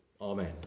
Amen